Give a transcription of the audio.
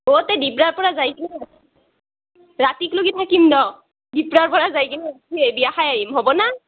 অঁ তে দুপৰীয়াৰ পৰা ৰাতিক লগি থাকিম ন দুপৰীয়াৰ পৰা যাই কিনে বিয়া খাই আহিম হ'ব না